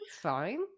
fine